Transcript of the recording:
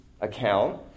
account